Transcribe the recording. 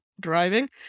driving